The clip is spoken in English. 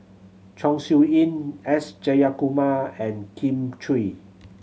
Chong Siew Ying S Jayakumar and Kin Chui